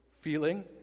feeling